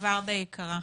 ורדה יקרה,